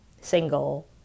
single